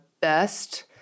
best